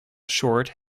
short